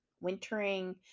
Wintering